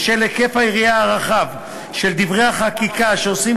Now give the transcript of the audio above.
בשל היקף היריעה הרחב של דברי החקיקה שעושים